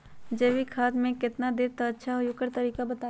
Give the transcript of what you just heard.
जैविक खाद केतना देब त अच्छा होइ ओकर तरीका बताई?